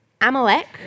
Amalek